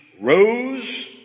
rose